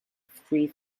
three